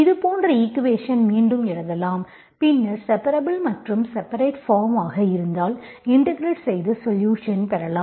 இது போன்ற ஈக்குவேஷன் மீண்டும் எழுதலாம் பின்னர் செபரபுல் மற்றும் செப்பரேட்டட் பாம் ஆக இருந்தால் இன்டெகிரெட் செய்து சொலுஷன் பெறலாம்